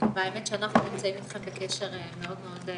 האמת שאנחנו נמצאים איתכם בקשר מאוד מאוד צמוד,